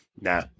nah